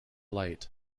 light